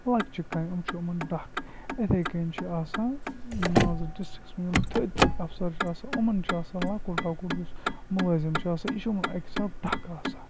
لۄکچہِ کامہِ یِم چھِ یِمَن ڈَکھ اِتھَے کٔنۍ چھِ آسان مان ژٕ ڈِسٹِرٛکَس منٛز یِم تھٔدۍ تھٔدۍ اَفسَر چھِ آسان یِمَن چھِ آسان لۄکُٹ لۄکُٹ یُس مُلٲزِم چھُ آسان یہِ چھُ یِمَن اَکہِ حِساب ڈَکھ آسان